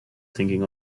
thinking